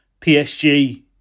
PSG